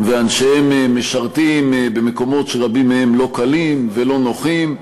ואנשיהן משרתים במקומות שרבים מהם לא קלים ולא נוחים.